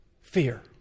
Fear